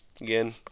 again